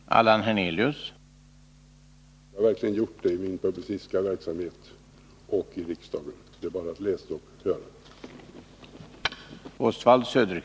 Herr talman! Det har jag verkligen gjort i min publicistiska verksamhet och i riksdagen. Det är bara att läsa och höra.